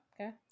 okay